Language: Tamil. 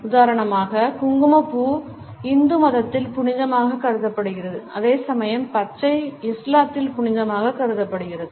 உதாரணமாக குங்குமப்பூ இந்து மதத்தில் புனிதமாக கருதப்படுகிறது அதே சமயம் பச்சை இஸ்லாத்தில் புனிதமாக கருதப்படுகிறது